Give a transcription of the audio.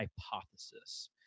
hypothesis